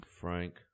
Frank